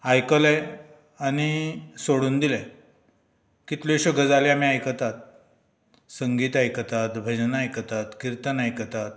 आयकलें आनी सोडून दिलें कितल्योश्यो गजाली आमी आयकतात संगीत आयकतात भजनां आयकतात किर्तन आयकतात